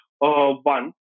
one